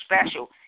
special